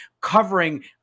covering